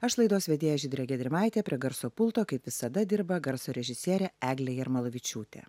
aš laidos vedėja žydrė gedrimaitė prie garso pulto kaip visada dirba garso režisierė eglė jarmalavičiūtė